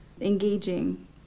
engaging